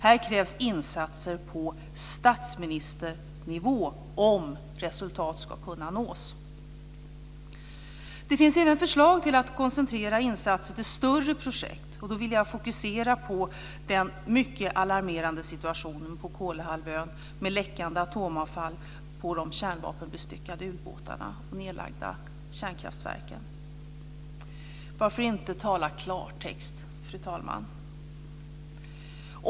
Här krävs insatser på statsministernivå om resultat ska kunna nås. Det finns även förslag till att koncentrera insatser för större projekt. Jag vill fokusera på den mycket alarmerande situationen på Kolahalvön med läckande atomavfall från de kärnvapenbestyckade ubåtarna och de nedlagda kärnkraftverken. Varför inte tala klartext, fru talman?